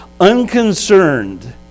unconcerned